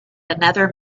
another